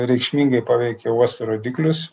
reikšmingai paveikė uosto rodiklius